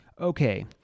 Okay